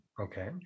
Okay